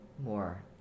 more